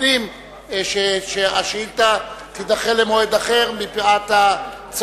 פנים שהשאילתא תידחה למועד אחר מפאת הצורך,